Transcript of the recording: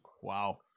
Wow